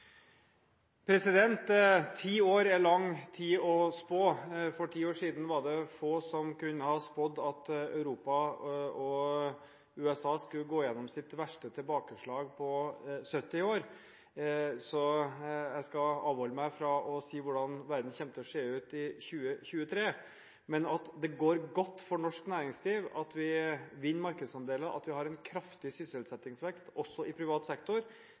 Ti år er lang tid å spå. For ti år siden var det få som kunne ha spådd at Europa og USA skulle gå gjennom sitt verste tilbakeslag på 70 år, så jeg skal avholde meg fra å si hvordan verden kommer til å se ut i 2023. Men at det går godt for norsk næringsliv, at vi vinner markedsandeler, at vi har en kraftig sysselsettingsvekst, også i privat sektor,